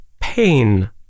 pain